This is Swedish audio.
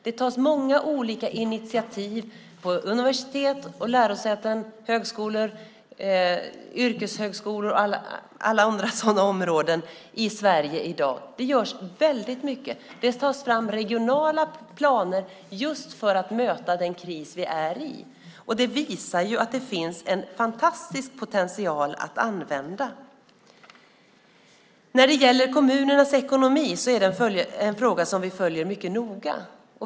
Det tas många olika initiativ på universitet och lärosäten, vid högskolor och yrkeshögskolor och på alla andra sådana områden i Sverige i dag. Det görs väldigt mycket. Det tas fram regionala planer för att möta den kris vi är i. Det visar att det finns en fantastisk potential att använda. Kommunernas ekonomi är en fråga som vi följer mycket noga.